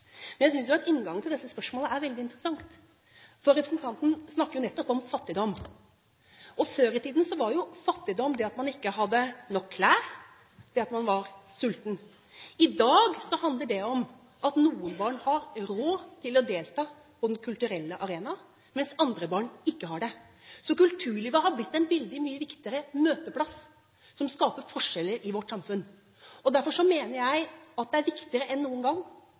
Men jeg synes at inngangen til dette spørsmålet er veldig interessant, for representanten snakker jo nettopp om fattigdom. Før i tiden var fattigdom at man ikke hadde nok klær, og det at man var sulten. I dag handler fattigdom om at noen barn har råd til å delta på den kulturelle arena, mens andre barn ikke har det. Så kulturlivet har blitt en veldig mye viktigere møteplass, som skaper forskjeller i vårt samfunn. Derfor mener jeg det er viktigere enn noen gang